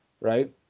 right